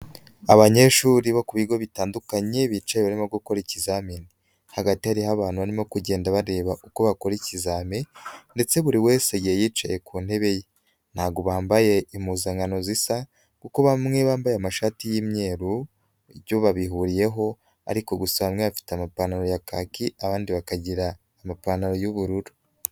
Abanyeshuri bo ku bigo bitandukanye bicaye barimo gukora ikizamini, hagati hari abantu barimo kugenda bareba uko bakora ikizamini ndetse buri wese yicaye ku ntebe ye, ntago bambaye impuzankano zisa kuko bamwe bambaye amashati y'imyeru babihuriyeho, ariko gusa bamwe bafite amapantaro ya kaki abandi bakagira amapantaro y'ubururu.